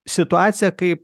situacija kaip